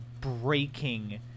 breaking